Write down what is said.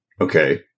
okay